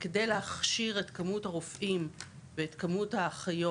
וכדי להכשיר את כמות הרופאים ואת כמות האחיות